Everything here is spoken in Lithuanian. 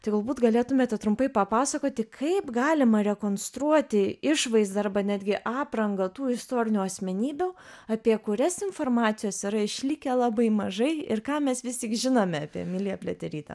tai galbūt galėtumėte trumpai papasakoti kaip galima rekonstruoti išvaizdą arba netgi aprangą tų istorinių asmenybių apie kurias informacijos yra išlikę labai mažai ir ką mes vis tik žinome apie emiliją pliaterytę